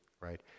right